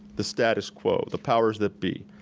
the status quo, the powers that be.